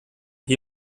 wie